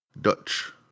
Dutch